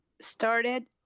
Started